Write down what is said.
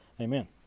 amen